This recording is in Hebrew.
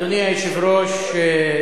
אדוני היושב-ראש,